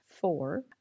four